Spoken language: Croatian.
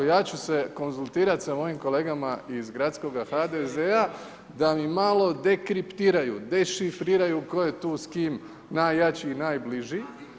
Ja ću se konzultirati sa mojim kolegama iz gradskoga HDZ-a da mi malo dekriptiraju, dešifriraju tko je tu s kim najjači i najbliži.